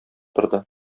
торды